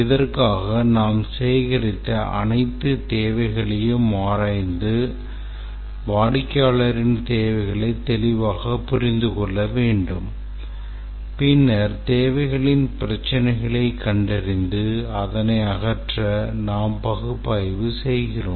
இதற்காக நாம் சேகரித்த அனைத்து தேவைகளையும் ஆராய்ந்து வாடிக்கையாளரின் தேவைகளை தெளிவாக புரிந்து கொள்ள வேண்டும் பின்னர் தேவைகளின் பிரச்சினைகளைக் கண்டறிந்து அதனை அகற்ற நாம் பகுப்பாய்வு செய்கிறோம்